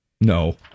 No